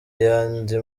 yandi